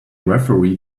referee